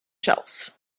shelf